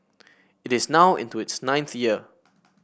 it is now into its ninth year